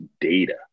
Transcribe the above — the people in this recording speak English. data